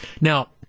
Now